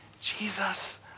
Jesus